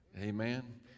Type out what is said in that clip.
amen